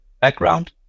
background